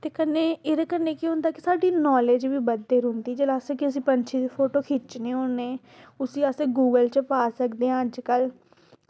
ते कन्नै एह्दे कन्नै केह् होंदा कि साढ़े नालेज़ बी बधदी रौंह्दी जेल्लै अस कुसै पैंछी दी फोटो खिच्चने होन्ने उसी अस गूगल च पा सकदे आं अज्जकल